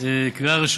זה לא תלוי רק במשטרה.